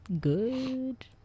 good